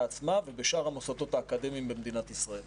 עצמה ובשאר המוסדות האקדמיים במדינת ישראל.